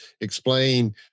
explain